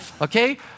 Okay